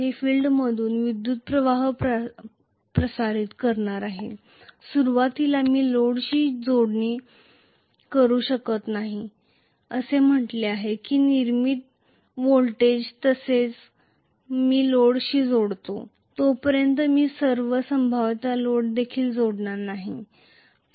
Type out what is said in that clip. हे फील्डमधून विद्युतप्रवाह प्रसारित करणार आहे सुरुवातीला मी लोडशी जोडणी करू शकत नाही मी असे म्हणेन कि आधी वोल्टेज निर्माण होऊ द्या तरच मी लोडशी जोडतो तोपर्यंत मी सर्व संभाव्यतेत लोड देखील जोडणार नाही